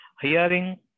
hearing